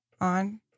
on